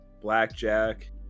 blackjack